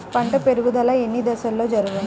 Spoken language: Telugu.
పంట పెరుగుదల ఎన్ని దశలలో జరుగును?